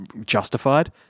justified